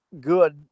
good